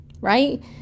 right